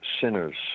sinners